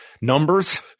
numbers